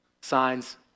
signs